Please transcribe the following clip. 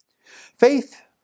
Faith